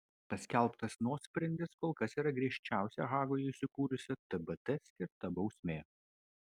paskelbtas nuosprendis kol kas yra griežčiausia hagoje įsikūrusio tbt skirta bausmė